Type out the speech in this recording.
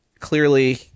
clearly